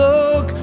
Look